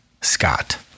scott